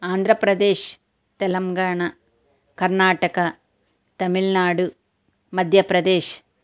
Andhra Pradesh Telangana Karnataka Tamil Nadu Madhya Pradesh